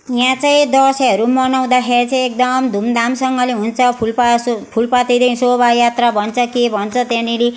यहाँ चाहिँ दसैँहरू मनाउँदाखेरि चाहिँ एकदम धुमधामसँगले हुन्छ फुलपासो फुलपाती दिउँसो शोभा यात्रा भन्छ के भन्छ त्यहाँनेरि